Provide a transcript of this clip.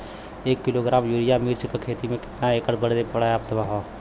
एक kilogram urea मिर्च क खेती में कितना एकड़ बदे पर्याप्त ह?